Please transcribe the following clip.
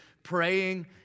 praying